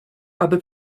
aby